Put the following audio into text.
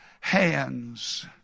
hands